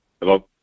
Hello